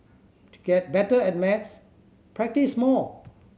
to get better at maths practise more